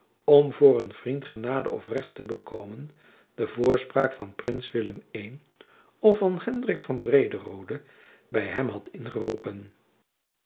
om voor een vriend genade of recht te bekomen jacob van lennep elizabeth musch de voorspraak van prins willem i of van hendrik van brederode by hem hadt ingeroepen